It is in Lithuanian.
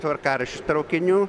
tvarkaraš traukiniu